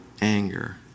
anger